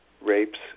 rapes